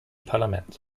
parlament